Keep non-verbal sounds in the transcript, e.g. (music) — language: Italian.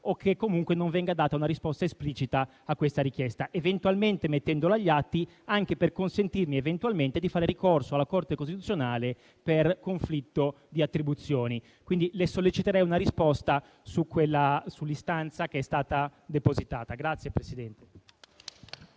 o che, comunque, non venga data una risposta esplicita alla richiesta, eventualmente mettendola agli atti, anche per consentirmi di fare ricorso alla Corte costituzionale per conflitto di attribuzioni. Le solleciterei una risposta sull'istanza depositata. (applause)